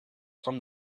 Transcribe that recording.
from